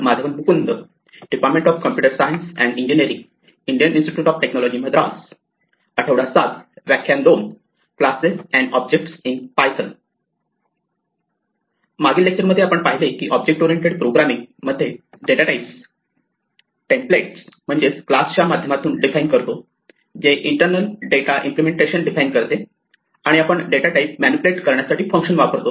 मागील लेक्चर मध्ये आपण पाहिले की ऑब्जेक्ट ओरिएंटेड प्रोग्रामिंग मध्ये आपण डेटा टाइप टेम्पलेट म्हणजेच क्लासच्या माध्यमातून डिफाइन करतो जे इंटरनल डेटा इम्पलेमेंटेशन डिफाइन करते आणि आपण डेटा टाइप मॅनिप्युलेट करण्यासाठी फंक्शन वापरतो